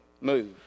move